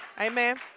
Amen